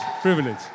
Privilege